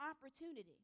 opportunity